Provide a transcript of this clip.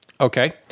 Okay